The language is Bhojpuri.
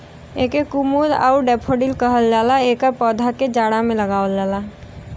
एके कुमुद आउर डैफोडिल कहल जाला एकर पौधा के जाड़ा में लगावल जाला